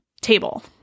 table